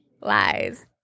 Lies